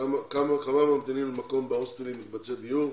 כמה ממתינים למקום בהוסטלים / מקבצי דיור?